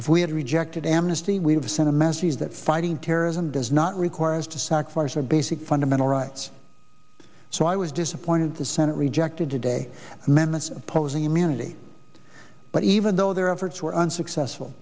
if we had rejected amnesty we have sent a message that fighting terrorism does not require us to sacrifice our basic fundamental rights so i was disappointed the senate rejected today amendments opposing immunity but even though their efforts were unsuccessful